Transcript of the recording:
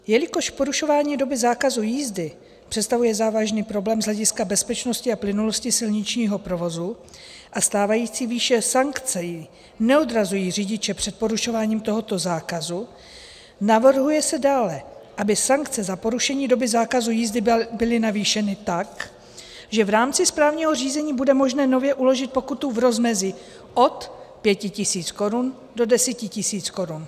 Jelikož porušování doby zákazu jízdy představuje závažný problém z hlediska bezpečnosti a plynulosti silničního provozu a stávající výše sankcí neodrazují řidiče před porušováním tohoto zákazu, navrhuje se dále, aby sankce za porušení doby zákazu jízdy byly navýšeny tak, že v rámci správního řízení bude možné nově uložit pokutu v rozmezí od 5 tis. korun do 10 tis. korun.